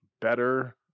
better